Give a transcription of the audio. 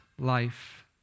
life